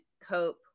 cope